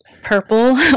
purple